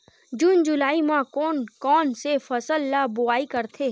जून जुलाई म कोन कौन से फसल ल बोआई करथे?